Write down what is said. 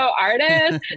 artist